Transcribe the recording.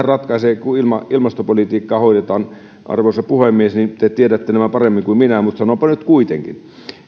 ratkaisee kun ilmastopolitiikkaa hoidetaan arvoisa puhemies te tiedätte nämä paremmin kuin minä mutta sanonpa nyt kuitenkin